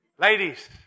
Ladies